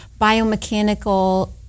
biomechanical